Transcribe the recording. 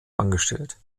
angestellt